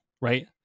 right